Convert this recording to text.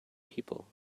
people